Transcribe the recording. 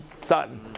son